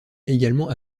également